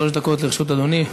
שלוש דקות לרשות אדוני.